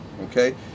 Okay